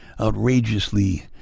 outrageously